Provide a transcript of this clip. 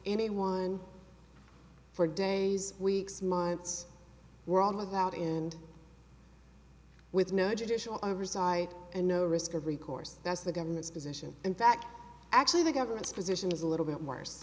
anyone for days weeks months were all about in with no judicial oversight and no risk of recourse that's the government's position in fact actually the government's position is a little bit worse